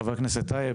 חבר הכנסת טייב,